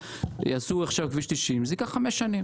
יעשו את כביש 90, זה ייקח חמש שנים